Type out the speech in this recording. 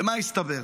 ומה הסתבר?